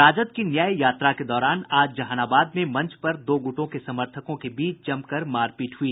राजद की न्याय यात्रा के दौरान आज जहानाबाद में मंच पर दो गुटों के समर्थकों के बीच जमकर मारपीट हुई